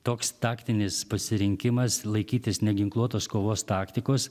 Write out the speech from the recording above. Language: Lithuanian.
toks taktinis pasirinkimas laikytis neginkluotos kovos taktikos